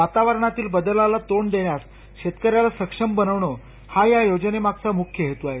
वातावरणातील बदलाला तोंड देण्यास शेतकऱ्याला सक्षम बनवणं हा या योजनेमागचा मुख्य हेतू आहे